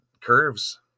curves